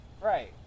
right